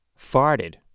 farted